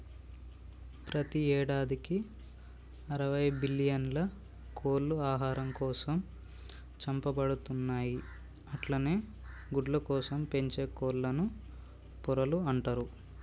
ప్రతి యేడాదికి అరవై బిల్లియన్ల కోళ్లు ఆహారం కోసం చంపబడుతున్నయి అట్లనే గుడ్లకోసం పెంచే కోళ్లను పొరలు అంటరు